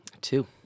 Two